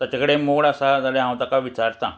ताचे कडेन मोड आसा जाल्यार हांव ताका विचारतां